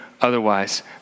otherwise